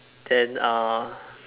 then uh